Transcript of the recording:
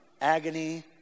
agony